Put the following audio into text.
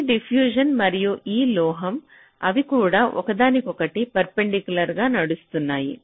ఈ డిఫ్యూషన్ మరియు ఈ లోహం అవి కూడా ఒకదానికొకటి పర్పెండికులర్ గా నడుస్తున్నాయి